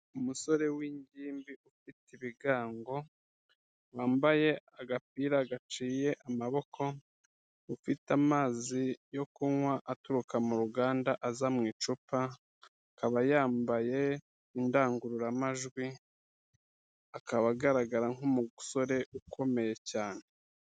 Umusore w'ingimbi ufite ibigango, wambaye agapira gaciye amaboko, ufite amazi yo kunywa aturuka mu ruganda aza mu icupa, akaba yambaye indangururamajwi, akaba agaragara nk'umusore ukomeye cyane.